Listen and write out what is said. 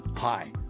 Hi